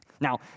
Now